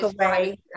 away